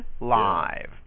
live